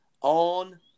on